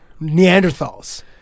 Neanderthals